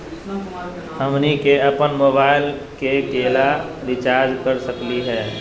हमनी के अपन मोबाइल के केना रिचार्ज कर सकली हे?